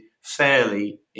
fairly